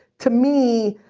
to me,